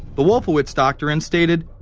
the wolfowitz doctrine stated,